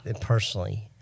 personally